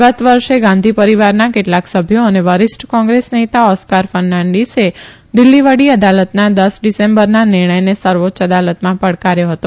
ગત વર્ષે ગાંધી પરીવારના કેટલાક સભ્યો અને વરિષ્ઠ ક્રોંગ્રેસ નેતા ઓસ્કાર ફર્નાન્ડીસે દિલ્ફી વડી અદાલતના દસ ડીસેમ્બરના નિર્ણયને સર્વોચ્ય અદાલતમાં પડકાર્યો હતો